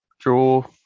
draw